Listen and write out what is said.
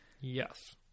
Yes